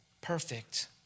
perfect